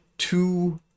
two